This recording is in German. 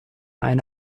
eine